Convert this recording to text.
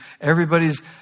everybody's